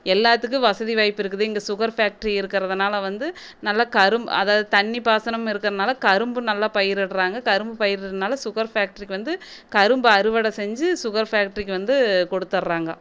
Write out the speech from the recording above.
எல்லாத்துக்கும் வசதி வாய்ப்பு இருக்குது இங்கே சுகர் ஃபேக்ட்ரி இருக்கிறதனால வந்து நல்லா கரும் அதாவது தண்ணி பாசனம் இருக்கிறனால கரும்பு நல்லா பயிரிடுறாங்க கரும்பு பயிரிட்டுறதுனால சுகர் ஃபேக்ட்ரிக்கு வந்து கரும்பு அறுவடை செஞ்சு சுகர் ஃபேக்ட்ரிக்கு வந்து கொடுத்தர்றாங்கள்